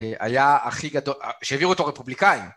היה הכי גדול, שהעבירו אותו רפובליקאים.